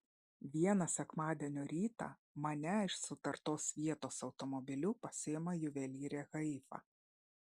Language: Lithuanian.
vieną sekmadienio rytą mane iš sutartos vietos automobiliu pasiima juvelyrė haifa